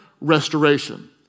restoration